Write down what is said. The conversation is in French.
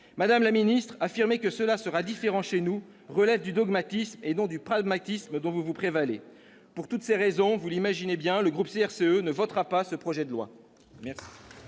Madame la ministre, affirmer qu'il en ira différemment chez nous relève du dogmatisme et non du pragmatisme dont vous vous prévalez. Pour toutes ces raisons, vous l'imaginez bien, les élus du groupe CRCE ne voteront pas ce projet de loi.